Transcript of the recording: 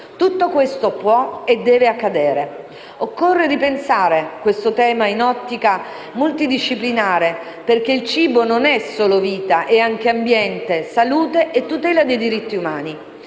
Tutto questo può e deve accadere. Occorre ripensare questo tema in un'ottica multidisciplinare perché il cibo non è solo vita, è anche ambiente, salute e tutela dei diritti umani.